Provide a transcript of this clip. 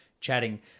chatting